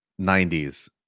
90s